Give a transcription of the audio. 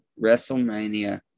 WrestleMania